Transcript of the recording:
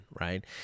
Right